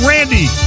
Randy